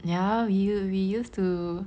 ya we us~ we used to